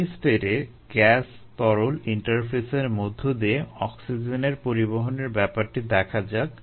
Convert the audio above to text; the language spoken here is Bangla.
স্টেডি স্টেটে গ্যাস তরল ইন্টারফেসের মধ্য দিয়ে অক্সিজেনের পরিবহণের ব্যাপারটি দেখা যাক